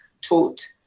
taught